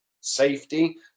safety